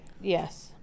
Yes